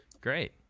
great